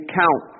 count